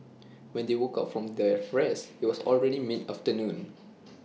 when they woke up from their rest IT was already mid afternoon